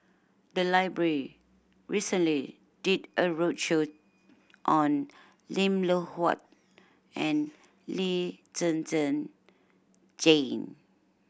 the library recently did a roadshow on Lim Loh Huat and Lee Zhen Zhen Jane